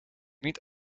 niet